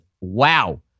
Wow